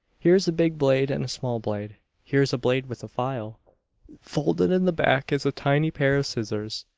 here is a big blade, and a small blade here is a blade with a file folded in the back is a tiny pair of scissors.